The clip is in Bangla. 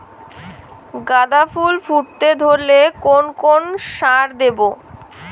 গাদা ফুল ফুটতে ধরলে কোন কোন সার দেব?